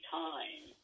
time